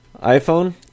iPhone